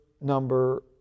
number